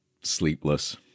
sleepless